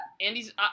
Andy's